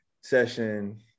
session